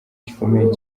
gikomeye